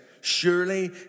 Surely